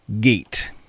Gate